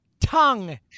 tongue